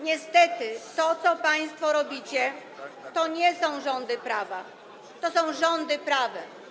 Niestety to, co państwo robicie, to nie są rządy prawa, to są rządy prawem.